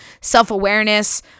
self-awareness